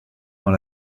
dans